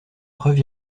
preuve